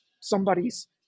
somebody's